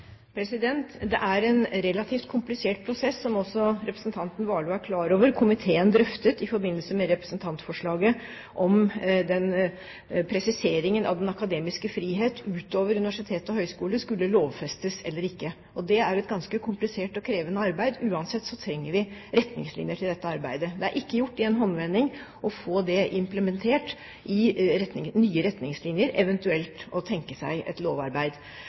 Det er en relativt komplisert prosess, som også representanten Warloe er klar over. Komiteen drøftet i forbindelse med representantforslaget om presiseringen av den akademiske frihet utover universitet og høyskole skulle lovfestes eller ikke. Det er jo et ganske komplisert og krevende arbeid. Uansett trenger vi retningslinjer for dette arbeidet. Det er ikke gjort i en håndvending å få det implementert i nye retningslinjer, eventuelt å tenke seg et lovarbeid.